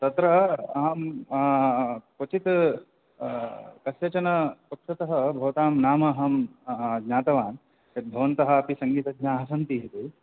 तत्र अहं क्वचित् कस्यचन पक्षतः भवतां नाम अहं ज्ञातवान् यत् भवन्तः अपि सङ्गीतज्ञाः सन्ति इति